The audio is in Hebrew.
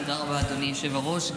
תודה רבה, אדוני היושב-ראש.